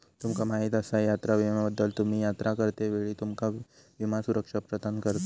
तुमका माहीत आसा यात्रा विम्याबद्दल?, तुम्ही यात्रा करतेवेळी तुमका विमा सुरक्षा प्रदान करता